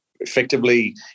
effectively